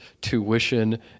tuition